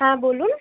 হ্যাঁ বলুন